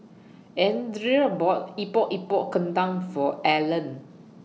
Andrea bought Epok Epok Kentang For Allen